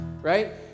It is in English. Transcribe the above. right